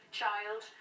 child